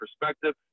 perspective